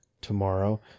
tomorrow